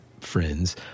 friends